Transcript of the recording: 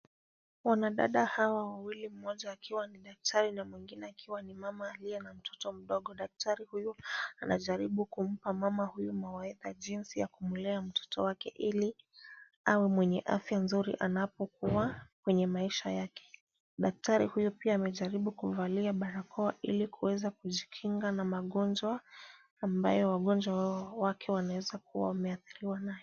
Wanadada hawa wawili mmoja akiwa ni daktari na mwingine akiwa ni mama aliye na mtoto mdogo. Daktari huyu anajaribu kumpa mama huyu mawaidha jinsi ya kumlea mtoto wake ili awe mwenye afya nzuri anapokuwa kwenye maisha yake. Daktari huyu pia amejaribu kuvalia barakoa ili kuweza kujikinga na magonjwa ambayo wagonjwa wake wanaweza kuwa wameathiriwa nayo.